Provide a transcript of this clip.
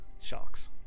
sharks